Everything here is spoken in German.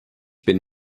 bin